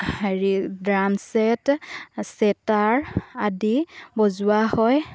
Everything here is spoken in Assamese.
হেৰি ড্ৰাম চেট সিতাৰ আদি বজোৱা হয়